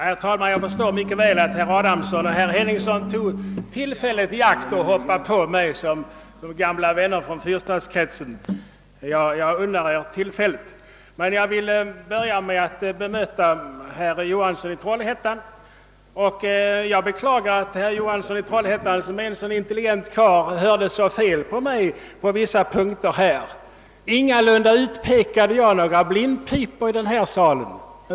Herr talman! Jag förstår mycket väl att herr Adamsson och herr Henningsson som gamla vänner från fyrstadskretsen tog tillfället i akt att hoppa på mig. Jag unnar dem tillfället. Jag vill börja med att bemöta herr Johansson i Trollhättan. Jag beklagar att herr Johansson i Trollhättan som är en så intelligent karl hörde fel på vissa punkter i mitt anförande. Jag utpekade ingalunda några blindpipor i den här salen.